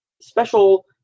special